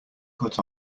cut